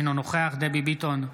אינו נוכח דבי ביטון,